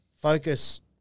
focus